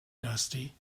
dusty